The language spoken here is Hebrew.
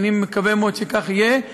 ואני מקווה מאוד שכך יהיה.